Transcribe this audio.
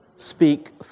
Speak